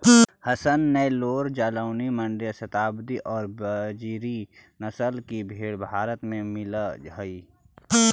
हसन, नैल्लोर, जालौनी, माण्ड्या, शाहवादी और बजीरी नस्ल की भेंड़ भारत में मिलअ हई